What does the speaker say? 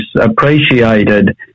appreciated